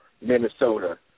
Minnesota